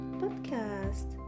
podcast